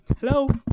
hello